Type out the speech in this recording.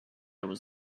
was